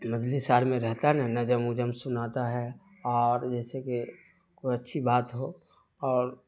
جس حال میں رہتا ہے نا نظم وجم سناتا ہے اور جیسے کہ کوئی اچھی بات ہو اور